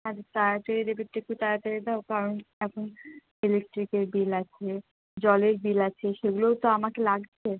আচ্ছা তাড়াতাড়ি দেবে তো একটু তাড়াতাড়ি দাও কারণ এখন ইলেকট্রিকের বিল আছে জলের বিল আছে সেগুলোও তো আমাকে লাগবে